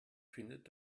findet